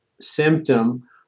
symptom